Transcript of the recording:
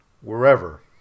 wherever